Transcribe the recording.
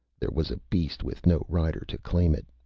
there was a beast with no rider to claim it,